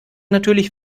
natürlich